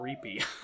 creepy